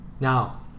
Now